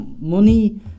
money